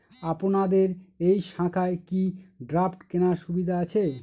আপনাদের এই শাখায় কি ড্রাফট কেনার সুবিধা আছে?